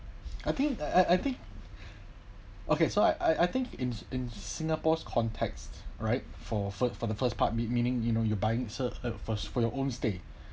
I think I I I think okay so I I think in in singapore's context right for for for the first part me~ meaning you know you're buying so at first for your own stay